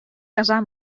casar